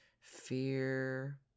Fear